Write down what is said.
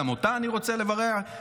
גם אותה אני רוצה לברך,